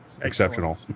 Exceptional